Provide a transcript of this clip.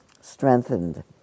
strengthened